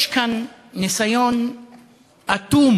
יש כאן ניסיון אטום